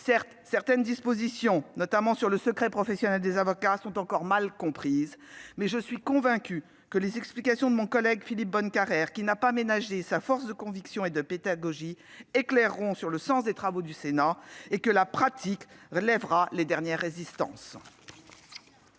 Certaines dispositions, notamment sur le secret professionnel des avocats, sont encore mal comprises. Mais je suis convaincue que les explications de mon collègue Philippe Bonnecarrère, qui n'a pas ménagé sa force de conviction et de pédagogie, éclaireront le sens des travaux du Sénat, et que la pratique lèvera les dernières résistances.